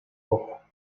boca